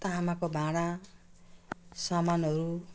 तामाको भाँडा सामानहरू